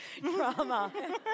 drama